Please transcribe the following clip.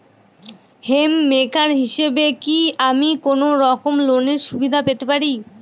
Home maker হিসেবে কি আমি কোনো রকম লোনের সুবিধা পেতে পারি?